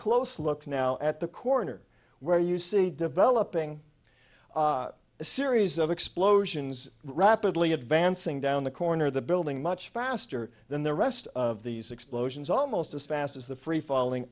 close look now at the corner where you see developing a series of explosions rapidly advancing down the corner of the building much faster than the rest of these explosions almost as fast as the free falling